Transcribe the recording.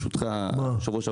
לפתרון.